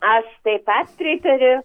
aš taip pat pritariu